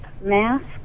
mask